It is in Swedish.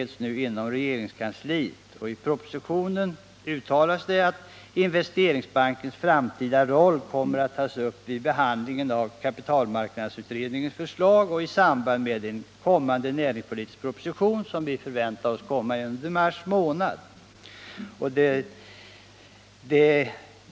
Och i den nu föreliggande propositionen uttalas att Investeringsbankens framtida roll kommer att tas upp vid behandlingen av kapitalmarknadsutredningens förslag och i samband med en kommande näringspolitisk proposition, som vi förväntar oss skall läggas fram under mars månad nästa år.